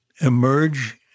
emerge